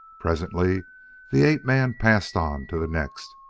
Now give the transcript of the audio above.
presently the ape-man passed on to the next,